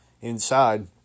inside